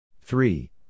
Three